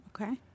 Okay